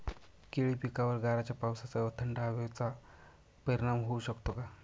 केळी पिकावर गाराच्या पावसाचा, थंड हवेचा परिणाम होऊ शकतो का?